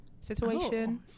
situation